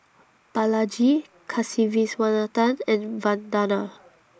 Balaji Kasiviswanathan and Vandana